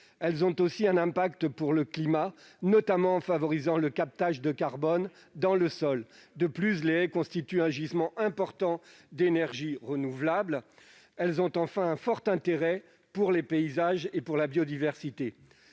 Elles ont aussi un impact pour le climat, notamment en favorisant le captage de carbone dans le sol. De plus, les haies constituent un gisement important d'énergies renouvelables. Elles ont enfin un fort intérêt pour les paysages et pour la biodiversité.